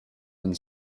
and